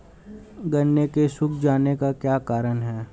गन्ने के सूख जाने का क्या कारण है?